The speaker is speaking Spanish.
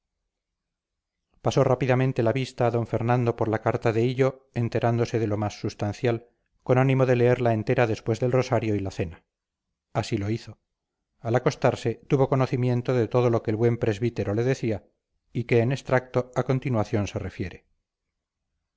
pasó rápidamente la vista d fernando por la carta de hillo enterándose de lo más substancial con ánimo de leerla entera después del rosario y la cena así lo hizo al acostarse tuvo conocimiento de todo lo que el buen presbítero le decía y que en extracto a continuación se refiere